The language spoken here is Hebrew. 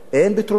אין פתרונות.